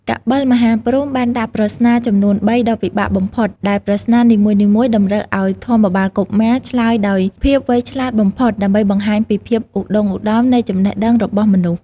កបិលមហាព្រហ្មបានដាក់ប្រស្នាចំនួនបីដ៏ពិបាកបំផុត ដែលប្រស្នានីមួយៗតម្រូវឲ្យធម្មបាលកុមារឆ្លើយដោយភាពវៃឆ្លាតបំផុត ដើម្បីបង្ហាញពីភាពឧត្តុង្គឧត្តមនៃចំណេះដឹងរបស់មនុស្ស។